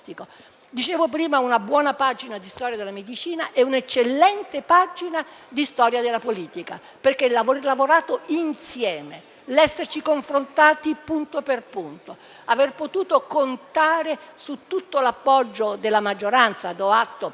parlato prima di una buona pagina di storia della medicina e di un'eccellente pagina di storia della politica, per aver lavorato insieme, esserci confrontati punto per punto e aver potuto contare su tutto l'appoggio della maggioranza. Do atto